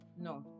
No